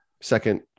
second